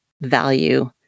value